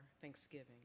Thanksgiving